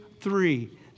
three